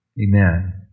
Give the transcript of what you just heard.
amen